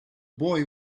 boy